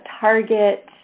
Target